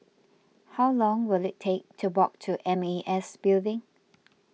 how long will it take to walk to M A S Building